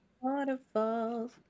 Waterfalls